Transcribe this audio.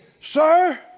Sir